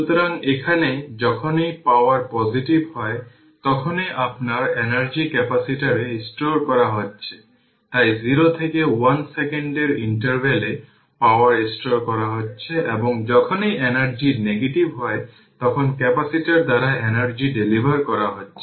সুতরাং এখানে যখনই পাওয়ার পজিটিভ হয় তখনই আপনার এনার্জি ক্যাপাসিটরে স্টোর করা হচ্ছে তাই 0 থেকে 1 সেকেন্ডের ইন্টারভ্যাল এ পাওয়ার স্টোর করা হচ্ছে এবং যখনই এনার্জি নেগেটিভ হয় তখন ক্যাপাসিটর দ্বারা এনার্জি ডেলিভার করা হচ্ছে